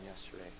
yesterday